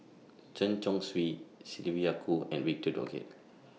Chen Chong Swee Sylvia Kho and Victor Doggett